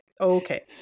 okay